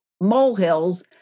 molehills